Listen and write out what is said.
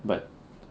but